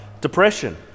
depression